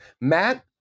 Matt